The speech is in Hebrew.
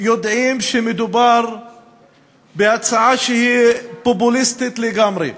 יודעים שמדובר בהצעה שהיא פופוליסטית לגמרי,